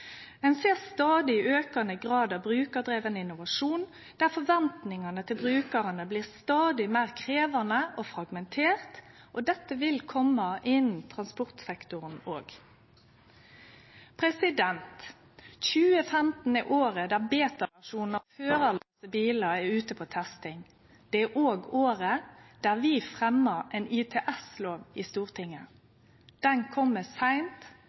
Ein ser stadig aukande grad av brukardriven innovasjon, der forventningane til brukarane blir stadig meir krevjande og fragmenterte. Dette vil kome innan transportsektoren òg. 2015 er året betaversjonen av førarløyse bilar er ute på testing. Det er òg året der vi fremjar ein ITS-lov i Stortinget. Han kjem seint,